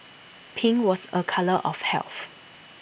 pink was A colour of health